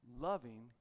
loving